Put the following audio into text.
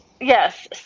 Yes